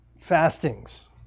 Fastings